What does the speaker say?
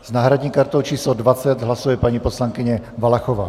S náhradní kartou číslo 20 hlasuje paní poslankyně Valachová.